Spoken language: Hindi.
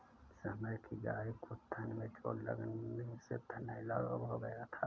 समर की गाय को थन में चोट लगने से थनैला रोग हो गया था